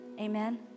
amen